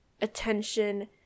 attention